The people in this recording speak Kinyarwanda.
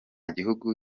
gihugu